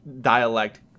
dialect